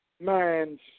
minds